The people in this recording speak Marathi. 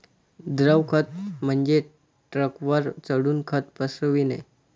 द्रव खत म्हणजे ट्रकवर चढून खत पसरविणे